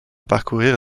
parcourir